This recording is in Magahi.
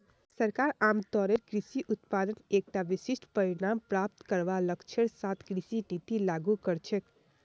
सरकार आमतौरेर कृषि उत्पादत एकता विशिष्ट परिणाम प्राप्त करवार लक्ष्येर साथ कृषि नीतिर लागू कर छेक